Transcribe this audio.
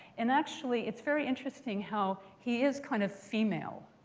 and actually it's very interesting how he is kind of female,